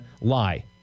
lie